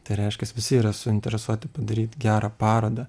tai reiškias visi yra suinteresuoti padaryt gerą parodą